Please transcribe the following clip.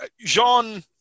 Jean